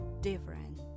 different